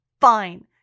Fine